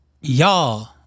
Y'all